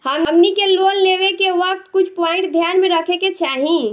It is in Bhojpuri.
हमनी के लोन लेवे के वक्त कुछ प्वाइंट ध्यान में रखे के चाही